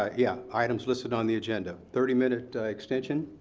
ah yeah, items listed on the agenda. thirty minute extension.